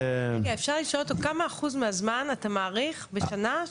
אפשר לשאול אותו כמה אחוז מהזמן הוא מעריך בשנה?